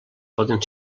poden